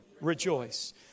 rejoice